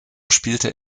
spielte